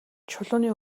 чулууны